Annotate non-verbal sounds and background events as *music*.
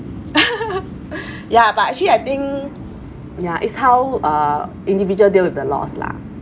*laughs* *breath* ya but actually I think ya it's how uh individual deal with the loss lah